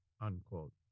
unquote